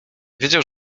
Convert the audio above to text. wiedział